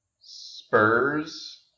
Spurs